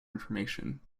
information